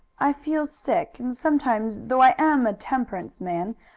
i feel sick, and sometimes, though i am a temperance man,